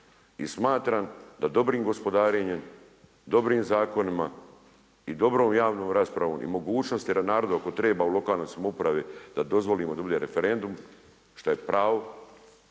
i smatram da dobrim gospodarenjem, dobrim zakonima i dobrom javnom raspravom i mogućnosti jer narod ako treba u lokalnoj samoupravi da dozvolimo da bude referendum šta je pravo,